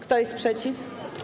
Kto jest przeciw?